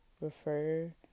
refer